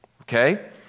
okay